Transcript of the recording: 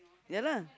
ya lah